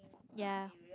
ya